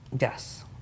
Yes